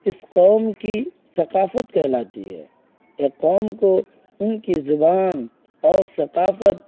اس قوم کی ثقافت کہلاتی ہے ایک قوم کو ان کی زبان اور ثقافت